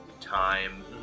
time